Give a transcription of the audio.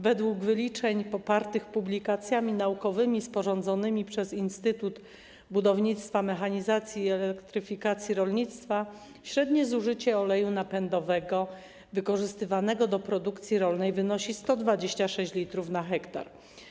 Według wyliczeń popartych publikacjami naukowymi sporządzonymi przez Instytut Budownictwa, Mechanizacji i Elektryfikacji Rolnictwa średnie zużycie oleju napędowego wykorzystywanego do produkcji rolnej wynosi 126 l/h.